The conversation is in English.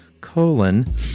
colon